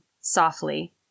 softly